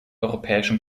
europäischen